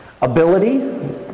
Ability